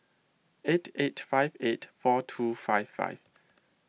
eight eight five eight four two five five